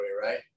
right